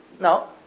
No